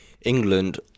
England